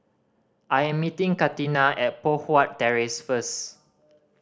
I am meeting Katina at Poh Huat Terrace first